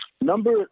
Number